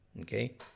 Okay